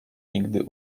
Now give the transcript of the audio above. nigdy